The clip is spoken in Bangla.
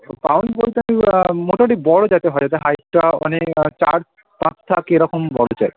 পাউন্ড বলতে আমি মোটামুটি বড়ো যাতে হয় যাতে হাইটটা অনেক চার পাঁচ থাকে এরকম বড়ো চাই